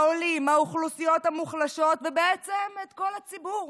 העולים, האוכלוסיות המוחלשות ובעצם את כלל הציבור.